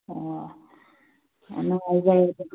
ꯑꯣ ꯌꯥꯝ ꯅꯨꯡꯉꯥꯏꯖꯔꯦ ꯑꯗꯨꯗꯤ